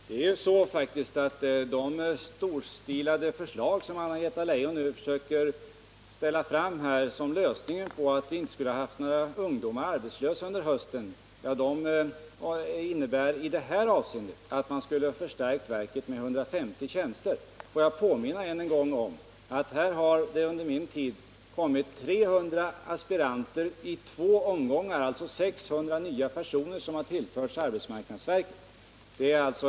Herr talman! Man kan få intrycket att man med de storstilade förslag som Anna-Greta Leijon talar om skulle ha fått en lösning på alla problem och att vi inte skulle ha haft några arbetslösa ungdomar under hösten, men förslagen innebär faktiskt i det här avseendet att arbetsmarknadsverket skulle ha förstärkts med 150 tjänster. Låt mig då påminna om att det under min tid tillkommit 300 aspiranttjänster inom verket i två omgångar. Ytterligare 600 personer har med andra ord tillförts verket.